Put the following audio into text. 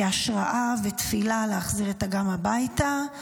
כהשראה ותפילה להחזיר את אגם הביתה.